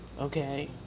Okay